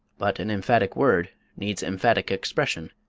but an emphatic word needs emphatic expression,